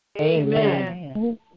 Amen